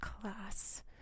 class